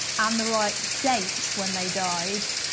and the right date when they died,